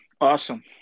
Awesome